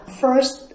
first